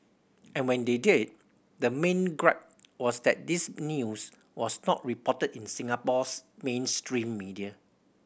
and when they did the main gripe was that this news was not reported in Singapore's mainstream media